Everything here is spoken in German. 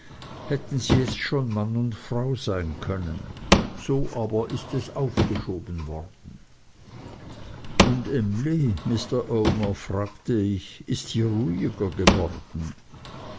hätten sie jetzt schon mann und frau sein können so aber ist es aufgeschoben worden und emly mr omer fragte ich ist sie ruhiger geworden